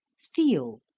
feel,